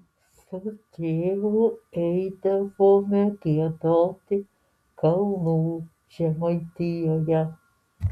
su tėvu eidavome giedoti kalnų žemaitijoje